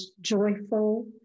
joyful